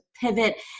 pivot